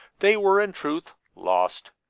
they were, in truth, lost.